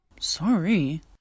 Sorry